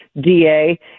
DA